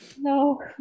no